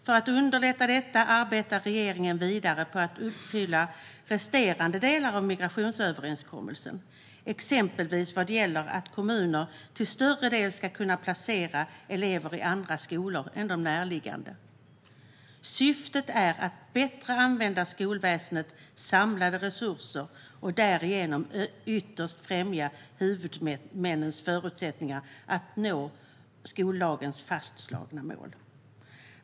För att underlätta detta arbetar regeringen vidare på att uppfylla resterande delar av migrationsöverenskommelsen, exempelvis vad gäller att kommuner i högre grad ska kunna placera elever i andra skolor än de närliggande. Syftet är att bättre använda skolväsendets samlade resurser och därigenom ytterst främja huvudmännens förutsättningar att nå skollagens fastslagna mål.